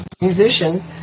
musician